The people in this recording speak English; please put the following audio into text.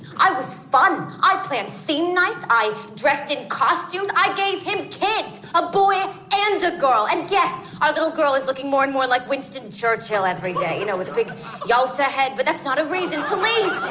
i was fun. i planned theme nights. i dressed in costumes. i gave him kids a boy and a girl. and yes, our little girl is looking more and more like winston churchill every day. you know, with the big yalta head. but that's not a reason. to leave,